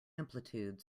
amplitude